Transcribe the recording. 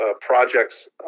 projects